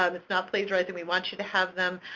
um it's not plagiarizing. we want you to have them.